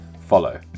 follow